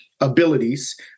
abilities